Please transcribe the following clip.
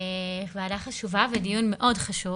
וועדה חשובה ודיון מאוד חשוב.